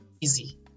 easy